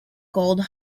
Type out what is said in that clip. called